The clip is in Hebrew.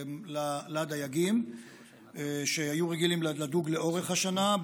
לדייגים שהיו רגילים לדוג לאורך השנה.